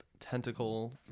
tentacle